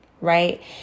right